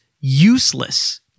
useless